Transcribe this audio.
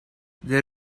they